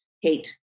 hate